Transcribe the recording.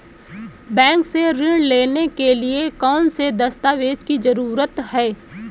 Bank से ऋण लेने के लिए कौन से दस्तावेज की जरूरत है?